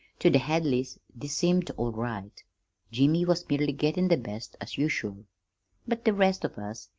to the hadleys this seemed all right jimmy was merely gettin' the best, as usual but the rest of us,